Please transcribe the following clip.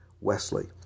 Wesley